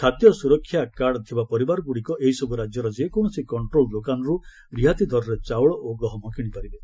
ଖାଦ୍ୟ ସୁରକ୍ଷା କାର୍ଡ଼ ଥିବା ପରିବାରଗୁଡ଼ିକ ଏହିସବ୍ ରାଜ୍ୟର ଯେକୌଣସି କଷ୍ଟ୍ରୋଲ୍ ଦୋକାନରୁ ରିହାତି ଦରରେ ଚାଉଳ ଓ ଗହମ କିଣିପାରିବେ